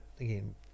again